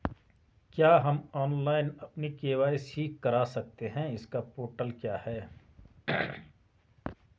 क्या हम ऑनलाइन अपनी के.वाई.सी करा सकते हैं इसका कोई पोर्टल है?